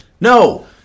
No